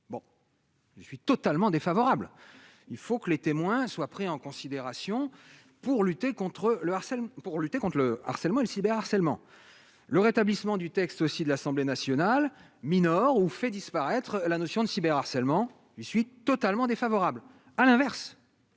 Je suis totalement défavorable, il faut que les témoins soient pris en considération pour lutter contre le harcèlement pour lutter contre le harcèlement et le cyber-harcèlement le rétablissement du texte aussi de l'Assemblée nationale minor ou fait disparaître la notion de cyber harcèlement je suis totalement défavorable à l'inverse,